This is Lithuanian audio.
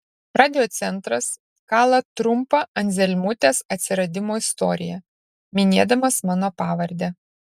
radiocentras kala trumpą anzelmutės atsiradimo istoriją minėdamas mano pavardę